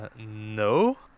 no